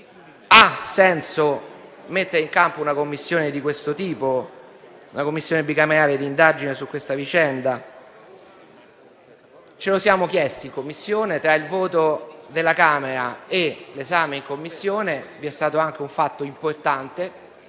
ha senso mettere in campo una Commissione di questo tipo, una Commissione bicamerale di inchiesta su questa vicenda? Ce lo siamo chiesti in Commissione e tra il voto della Camera e l'esame in Commissione vi è stato anche un fatto importante: